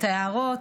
את ההערות,